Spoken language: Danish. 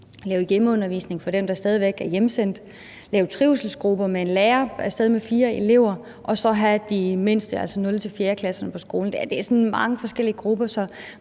lave hjemmeundervisning for dem, der stadig væk er hjemsendt, lave trivselsgrupper med en lærer, der tager af sted med fire elever, og så have de mindste, altså 0.-4.-klasserne, på skolen. Det er mange forskellige grupper,